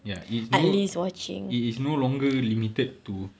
ya it's no it is no longer limited to